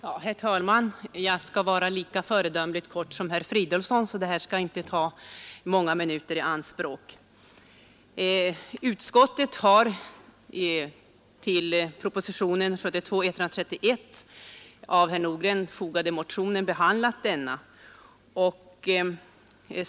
Herr talman! Jag skall fatta mig lika föredömligt kort som herr Fridolfsson i Stockholm, och detta mitt anförande skall inte ta många minuter i anspråk. Motionen 1892 av herr Nordgren, som har väckts i anledning av propositionen 131, har behandlats av näringsutskottet.